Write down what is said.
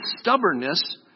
stubbornness